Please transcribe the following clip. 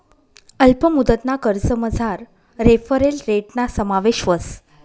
अल्प मुदतना कर्जमझार रेफरल रेटना समावेश व्हस